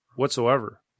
Whatsoever